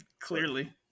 Clearly